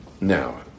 Now